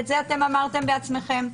את זה אמרתם בעצמכם,